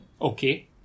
okay